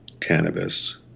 cannabis